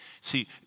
See